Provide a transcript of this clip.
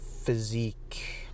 physique